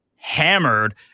hammered